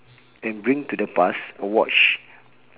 and bring to the past a watch